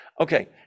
Okay